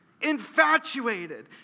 Infatuated